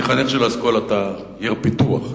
אני חניך של אסכולת עיר פיתוח.